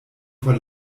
vor